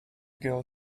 girl